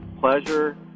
pleasure